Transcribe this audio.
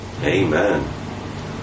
Amen